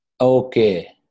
Okay